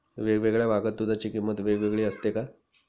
वेगवेगळ्या भागात दूधाची किंमत वेगळी असते का?